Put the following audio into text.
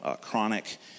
chronic